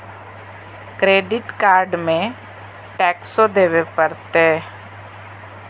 Credit card में टेक्सो देवे परते?